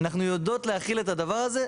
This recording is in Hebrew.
אנחנו יודעות להכיל את הדבר הזה,